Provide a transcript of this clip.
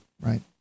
right